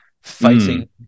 fighting